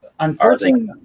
Unfortunately